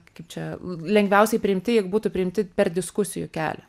kaip čia lengviausiai priimti jeigu būtų priimti per diskusijų kelią